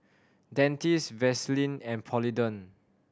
Dentiste Vaselin and Polident